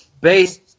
based